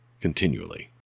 continually